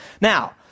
now